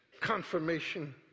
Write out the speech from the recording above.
Confirmation